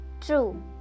true